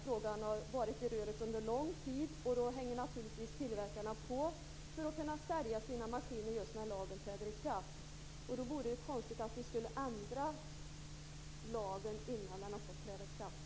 Frågan har ju varit "i röret" under lång tid, och då hänger naturligtvis tillverkarna på för att kunna sälja sina maskiner just när lagen träder i kraft. Då vore det konstigt att ändra reglerna innan de har hunnit träda i kraft.